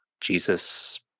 Jesus